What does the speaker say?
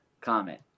comment